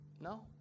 No